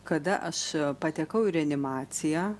kada aš patekau į reanimaciją